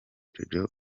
jojo